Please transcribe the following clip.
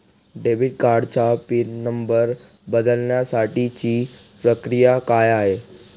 Debit कार्डचा pin number बदलण्यासाठीची प्रक्रिया काय आहे?